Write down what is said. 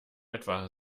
etwa